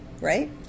right